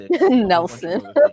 nelson